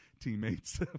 teammates